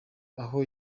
abo